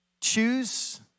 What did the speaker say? choose